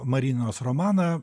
marinos romaną